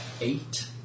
eight